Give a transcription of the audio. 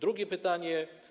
Drugie pytanie.